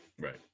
right